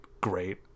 great